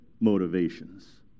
motivations